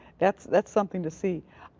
that's that's something to see.